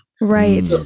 Right